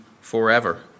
forever